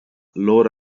loro